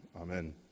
amen